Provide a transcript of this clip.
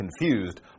confused